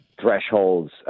thresholds